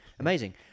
Amazing